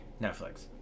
Netflix